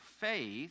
faith